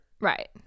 Right